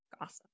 Awesome